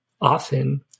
often